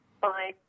Bye